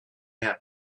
half